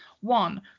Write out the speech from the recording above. one